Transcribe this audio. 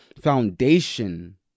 foundation